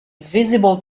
visible